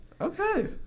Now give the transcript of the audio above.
Okay